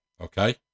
okay